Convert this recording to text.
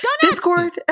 Discord